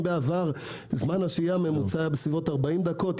אם בעבר זמן השהייה היה בממוצע 40 דקות,